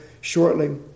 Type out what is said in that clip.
shortly